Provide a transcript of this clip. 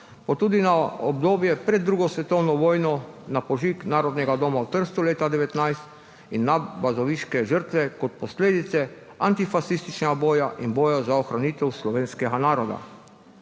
pa tudi na obdobje pred drugo svetovno vojno, na požig Narodnega doma v Trstu leta 1919 in na bazoviške žrtve kot posledice antifašističnega boja in boja za ohranitev slovenskega naroda,